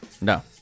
no